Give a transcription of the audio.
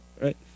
right